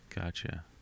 Gotcha